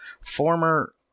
former